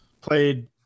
played